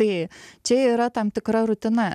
tai čia yra tam tikra rutina